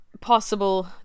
possible